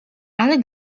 ale